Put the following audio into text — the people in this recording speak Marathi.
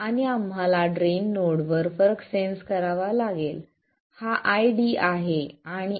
आणि आम्हाला ड्रेन नोड वर फरक सेंन्स करावा लागेल हा ID आहे आणि Io आहे